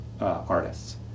artists